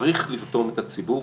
צריך לרתום את הציבור,